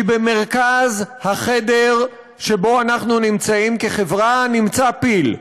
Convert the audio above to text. כי במרכז החדר שבו אנחנו נמצאים כחברה נמצא פיל.